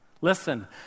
Listen